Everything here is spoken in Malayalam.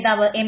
നേതാവ് എം